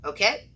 Okay